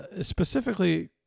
specifically